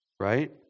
Right